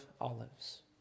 Olives